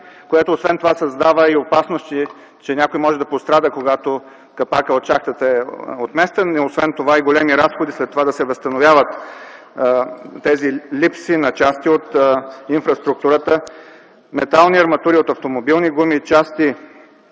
което създава и опасност, че някой може да пострада, когато капакът на шахтата е отместен. Освен това после са големи разходите, за да се възстановяват липсите на части от инфраструктурата – метални арматури от автомобилни гуми, части